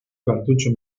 cartucho